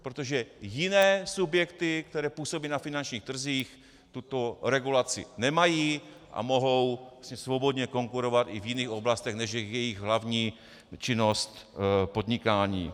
Protože jiné subjekty, které působí na finančních trzích, tuto regulaci nemají a mohou si svobodně konkurovat i v jiných oblastech, než je jejich hlavní činnost podnikání.